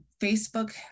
Facebook